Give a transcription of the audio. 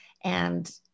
And-